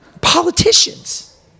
Politicians